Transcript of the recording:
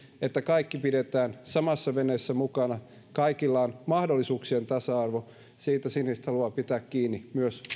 että kaikki pidetään samassa veneessä mukana ja kaikilla on mahdollisuuksien tasa arvo siitä siniset haluaa pitää kiinni myös